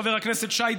חבר הכנסת שי,